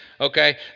okay